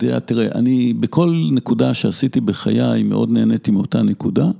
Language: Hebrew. תראה, אני בכל נקודה שעשיתי בחיי מאוד נהניתי מאותה נקודה.